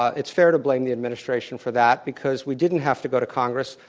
ah it's fair to blame the administration for that because we didn't have to go to congress.